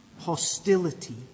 hostility